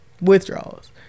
withdrawals